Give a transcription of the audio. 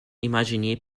imaginer